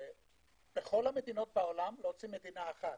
בכל המדינות בעולם, להוציא מדינה אחת,